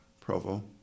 Provo